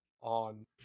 on